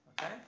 Okay